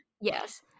Yes